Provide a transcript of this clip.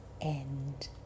end